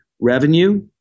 revenue